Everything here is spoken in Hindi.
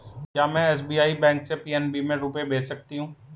क्या में एस.बी.आई बैंक से पी.एन.बी में रुपये भेज सकती हूँ?